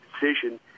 decision